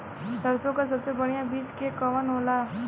सरसों क सबसे बढ़िया बिज के कवन होला?